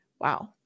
Wow